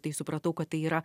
tai supratau kad tai yra